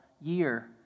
year